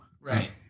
Right